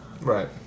Right